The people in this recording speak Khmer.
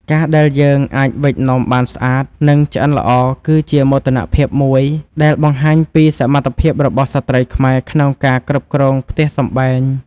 ការដែលយើងអាចវេចនំបានស្អាត និង ឆ្អិនល្អគឺជាមោទនភាពមួយដែលបង្ហាញពីសមត្ថភាពរបស់ស្ត្រីខ្មែរក្នុងការគ្រប់គ្រងផ្ទះសម្បែង។